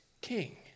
king